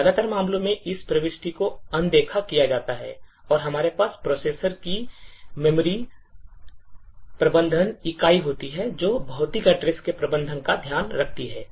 ज्यादातर मामलों में इस प्रविष्टि को अनदेखा किया जाता है और हमारे पास processor की मेमोरी प्रबंधन इकाई होती है जो भौतिक address के प्रबंधन का ध्यान रखती है